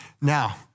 Now